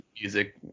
music